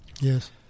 Yes